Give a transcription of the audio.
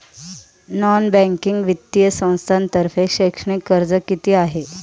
Non banking वित्तीय संस्थांतर्फे शैक्षणिक कर्ज किती आहे?